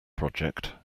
project